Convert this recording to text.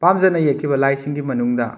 ꯄꯥꯝꯖꯅ ꯌꯦꯛꯈꯤꯕ ꯂꯥꯏꯁꯤꯡꯒꯤ ꯃꯅꯨꯡꯗ